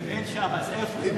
אם אין שם אז איפה?